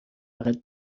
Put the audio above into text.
فقط